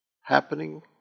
happening